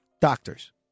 doctors